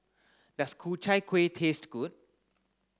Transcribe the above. does Ku Chai Kuih taste good